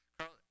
Carl